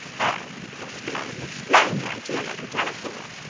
ay, explain! explain! my dear lady delacour,